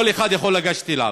כל אחד יכול לגשת אליו,